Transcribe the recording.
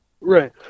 Right